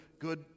good